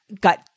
got